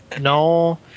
No